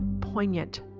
poignant